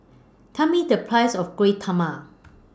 Tell Me The Price of Kueh Talam